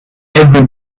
every